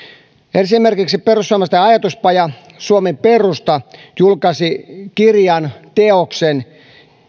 esimerkiksi perussuomalaisten ajatuspaja suomen perusta julkaisi teoksen